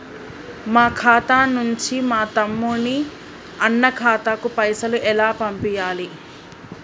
మా ఖాతా నుంచి మా తమ్ముని, అన్న ఖాతాకు పైసలను ఎలా పంపియ్యాలి?